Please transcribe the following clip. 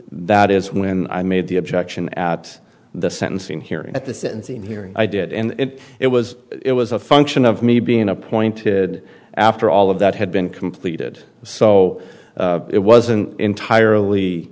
that is when i made the objection at the sentencing hearing at the sentencing hearing i did and it was it was a function of me being appointed after all of that had been completed so it wasn't entirely